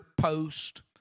post